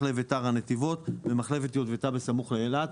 מחלבת טרה נתיבות ומחלבת יוטבתה בסמוך לאילת.